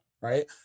right